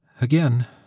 Again